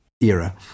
era